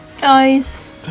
guys